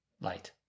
light